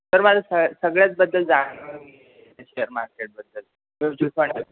sir माझं स सगळ्याच बद्दल जाणून शेअर मार्केटबद्दल